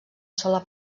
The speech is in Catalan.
sola